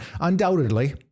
Undoubtedly